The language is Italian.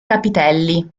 capitelli